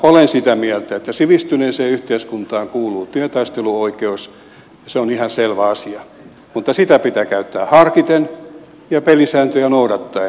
olen sitä mieltä että sivistyneeseen yhteiskuntaan kuuluu työtaisteluoikeus ja se on ihan selvä asia mutta sitä pitää käyttää harkiten ja pelisääntöjä noudattaen